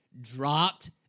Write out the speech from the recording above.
dropped